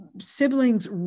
siblings